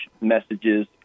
messages